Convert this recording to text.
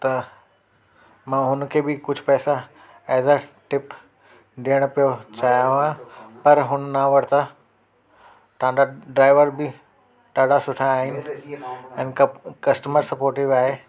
त मां हुनखे बि कुझु पैसा एज़ ए टिप ॾियण पियो चाहियां हुयां पर हुन न वरिता तव्हांजा ड्राइवर बि ॾाढा सुठा आहिनि ऐं कसटमर स्पोट बि सुठो आहे